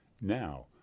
Now